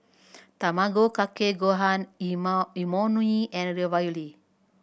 Tamago Kake Gohan Imoni and Ravioli